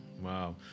wow